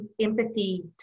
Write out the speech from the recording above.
empathy